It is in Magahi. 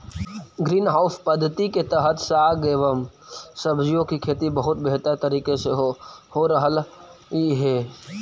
ग्रीन हाउस पद्धति के तहत साग एवं सब्जियों की खेती बहुत बेहतर तरीके से हो रहलइ हे